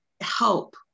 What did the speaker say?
help